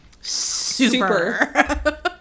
Super